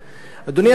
אדוני השר,